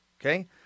Okay